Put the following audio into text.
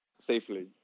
safely